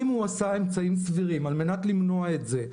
אם הוא עשה אמצעים סבירים על מנת למנוע את זה,